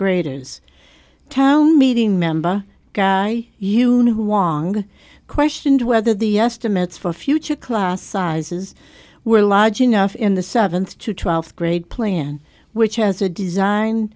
graders town meeting member guy you knew who was questioned whether the estimates for future class sizes were large enough in the seventh to twelfth grade plan which has a design